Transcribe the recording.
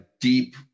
deep